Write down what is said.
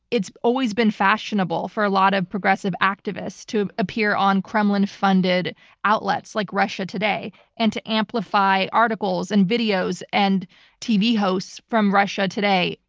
it's always been fashionable for a lot of progressive activists to appear on kremlin-funded outlets, like russia today, and to amplify articles and videos and tv hosts from russia today,